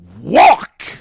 walk